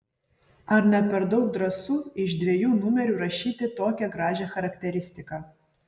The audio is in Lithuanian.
ar ne per daug drąsu iš dviejų numerių rašyti tokią gražią charakteristiką